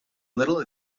little